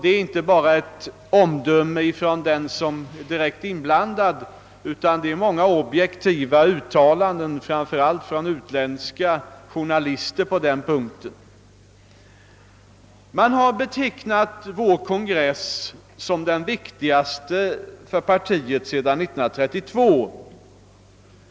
Detta är inte bara ett omdöme som fälls av den som är direkt inblandad, utan det föreligger många objektiva uttalanden i denna riktning, framför allt från utländska journalister. Man har betecknat vår extra kongress som den viktigaste för partiet sedan år 1932.